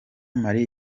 marie